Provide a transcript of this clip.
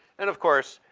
and of course,